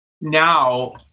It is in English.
now